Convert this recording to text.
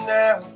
now